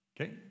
okay